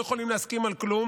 לא יכולים להסכים על כלום.